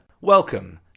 Welcome